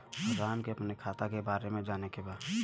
राम के अपने खाता के बारे मे जाने के बा?